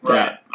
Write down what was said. Right